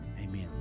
Amen